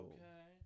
Okay